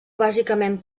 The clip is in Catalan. bàsicament